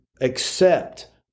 accept